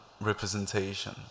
representation